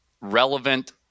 relevant